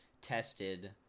tested